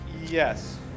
Yes